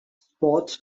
sports